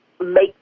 make